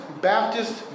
Baptist